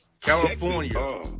California